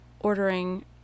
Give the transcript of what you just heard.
ordering